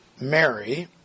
Mary